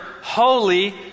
holy